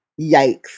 yikes